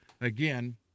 again